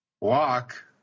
Walk